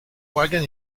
wagon